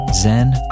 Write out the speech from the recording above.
Zen